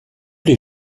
les